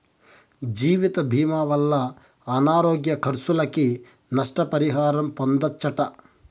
జీవితభీమా వల్ల అనారోగ్య కర్సులకి, నష్ట పరిహారం పొందచ్చట